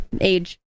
age